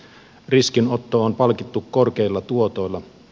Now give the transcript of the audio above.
riskinotto on palkittu korkeilla tuotoilla